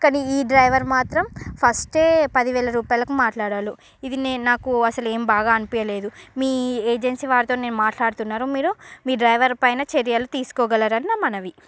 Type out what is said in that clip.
కానీ ఈ డ్రైవర్ మాత్రం ఫస్టే పదివేల రూపాయలకు మాట్లాడాడు ఇది నేను నాకు అసలు ఏం బాగా అనిపియలేదు మీ ఏజెన్సీ వారితో నేను మాట్లాడుతున్నారు మీరు మీ డ్రైవర్ పైన చర్యలు తీసుకోగలరని నా మనవి